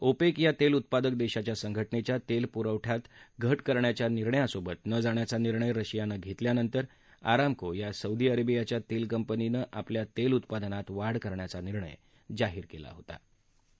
ओपक्षिया तत्तीउत्पादक दशीच्या संघटनच्या तस्तिपुरवठ्यात घट करण्याचा निर्णयासोबत न जाण्याचा निर्णय रशियानं घतिव्यानंतर आरामको या सौदी अरक्षिपाच्या तस्ती कंपनीनं आपल्या तळिउत्पादनात वाढ करण्याचा निर्णय जाहीर कलि